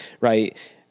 right